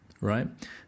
right